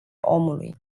omului